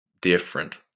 different